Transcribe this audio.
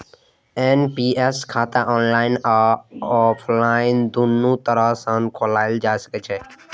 NPS खाता online आ offline, दुनू तरह सं खोलाएल जा सकैए